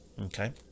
okay